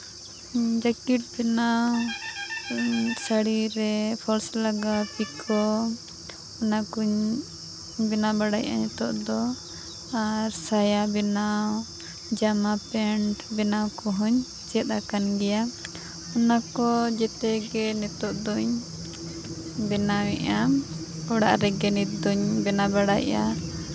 jacket ᱵᱮᱱᱟᱣ ᱥᱟᱹᱲᱤ ᱨᱮ ᱯᱷᱚᱞᱥ ᱞᱟᱜᱟᱣ ᱯᱤᱠᱳ ᱚᱱᱟ ᱠᱚᱧ ᱵᱮᱱᱟᱣ ᱵᱟᱲᱟᱭᱮᱜᱼᱟ ᱱᱤᱛᱚᱜ ᱟᱨ ᱥᱟᱭᱟ ᱵᱮᱱᱟᱣ ᱡᱟᱢᱟ ᱯᱮᱱᱴ ᱵᱮᱱᱟᱣ ᱠᱚᱦᱚᱸᱧ ᱪᱮᱫ ᱟᱠᱟᱱ ᱜᱮᱭᱟ ᱚᱱᱟ ᱠᱚ ᱡᱮᱛ ᱜᱮ ᱱᱤᱛᱚᱜ ᱫᱚᱧ ᱵᱮᱱᱟᱣᱮᱜᱼᱟ ᱚᱲᱟᱜ ᱨᱮᱜᱮ ᱱᱤᱛᱚᱜ ᱫᱚᱧ ᱵᱮᱱᱟᱣ ᱵᱟᱲᱟᱭᱮᱫᱼᱟ